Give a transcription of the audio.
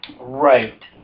Right